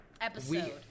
episode